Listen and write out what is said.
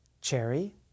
Cherry